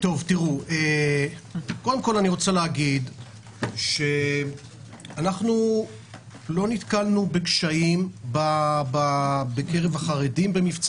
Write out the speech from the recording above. אני רוצה להגיד שלא נתקלנו בקשיים בקרב החרדים במבצע